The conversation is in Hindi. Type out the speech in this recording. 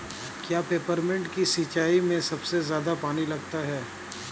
क्या पेपरमिंट की सिंचाई में सबसे ज्यादा पानी लगता है?